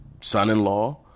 son-in-law